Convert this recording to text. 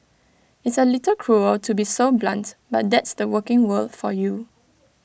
it's A little cruel to be so blunt but that's the working world for you